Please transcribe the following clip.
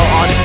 on